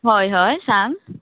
हय हय सांग